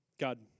God